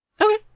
Okay